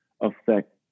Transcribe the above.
affect